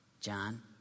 John